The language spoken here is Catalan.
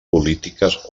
polítiques